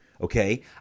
Okay